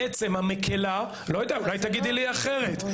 אולי תגידי לי אחרת,